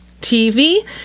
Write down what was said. TV